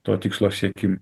to tikslo siekimą